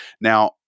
Now